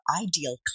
ideal